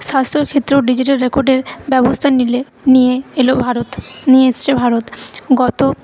স্বাস্থ্যক্ষেত্রেও digital রেকর্ডের ব্যবস্থা নিলে নিয়ে এলো ভারত নিয়ে এসছে ভারত গত